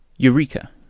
Eureka